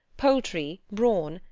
poultry, brawn,